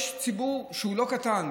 יש ציבור לא קטן,